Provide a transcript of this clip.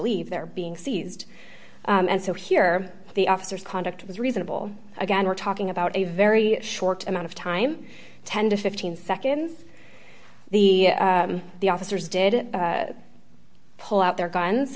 leave they're being seized and so here the officers conduct was reasonable again we're talking about a very short amount of time ten to fifteen seconds the the officers did pull out their guns